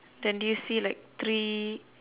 then do you see like three